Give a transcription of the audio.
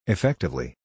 Effectively